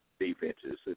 defenses